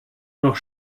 noch